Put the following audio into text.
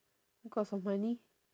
because of money